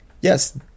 Yes